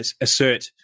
assert